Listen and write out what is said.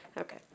Okay